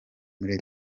muri